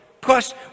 Plus